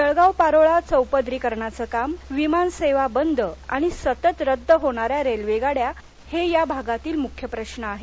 जळगाव पारोळा चौपदरीकरणाचं काम विमानसेवा बंद आणि सतत रद्द होणा या रेल्वेगाड्या हे मुख्य या भागातील प्रश्न आहेत